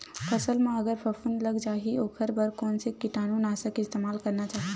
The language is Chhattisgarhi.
फसल म अगर फफूंद लग जा ही ओखर बर कोन से कीटानु नाशक के इस्तेमाल करना चाहि?